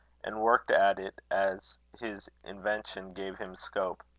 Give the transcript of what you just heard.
and worked at it as his invention gave him scope.